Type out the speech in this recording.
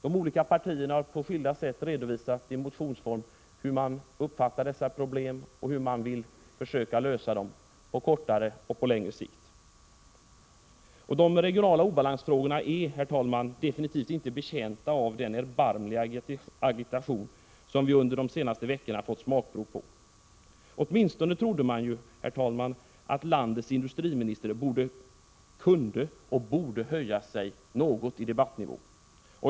De olika partierna har på skilda sätt i motionsform redovisat hur man uppfattar dessa problem och hur man vill försöka lösa dem på kortare och längre sikt. De regionala obalansfrågorna är definitivt inte betjänta av den erbarmliga agitation som vi under de senaste veckorna fått smakprov på. Åtminstone trodde man ju att landets industriminister både kunde och borde höja sig något över den debattnivån.